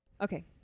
Okay